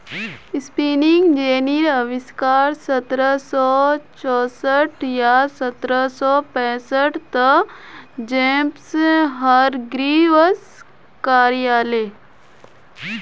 spinning जेनीर अविष्कार सत्रह सौ चौसठ या सत्रह सौ पैंसठ त जेम्स हारग्रीव्स करायले